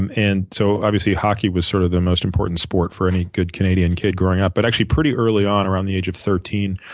and and so, obviously, hockey was sort of the most important sport of any good canadian kid growing up, but actually pretty early on around the age of thirteen